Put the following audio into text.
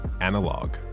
analog